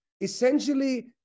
essentially